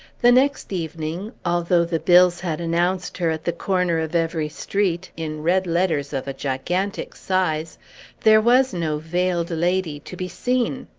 the next evening although the bills had announced her, at the corner of every street, in red letters of a gigantic size there was no veiled lady to be seen!